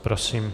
Prosím.